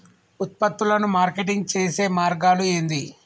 ఉత్పత్తులను మార్కెటింగ్ చేసే మార్గాలు ఏంది?